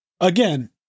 again